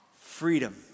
Freedom